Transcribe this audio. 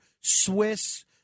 Swiss